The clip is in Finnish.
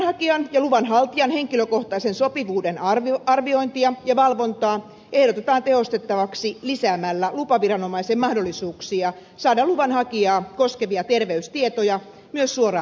luvanhakijan ja luvanhaltijan henkilökohtaisen sopivuuden arviointia ja valvontaa ehdotetaan tehostettavaksi lisäämällä lupaviranomaisen mahdollisuuksia saada luvanhakijaa koskevia terveystietoja myös suoraan lääkäriltä